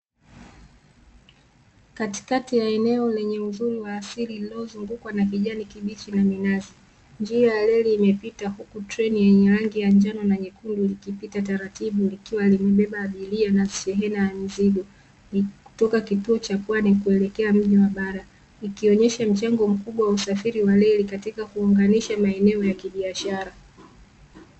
Katikati ya eneo lenye uzuri wa asili uliozungukwa na kijani kibichi na minazi, njia ya reli imepita huku treni yenye rangi ya njano na nyekundu ikipita taratibu likiwa limebeba abiria na shehena za mizigo, kutoka kituo cha Pwani kuelekea mji wa bara. Ikionyesha mchango mkubwa wa usafiri wa reli katika kuunganisha maneneo ya kibiashara.